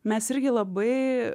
mes irgi labai